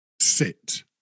sit